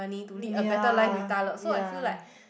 ya ya